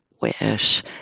wish